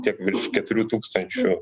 tiek virš keturių tūkstančių